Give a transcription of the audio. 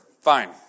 Fine